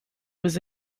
was